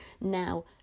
now